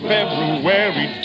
February